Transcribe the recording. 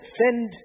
send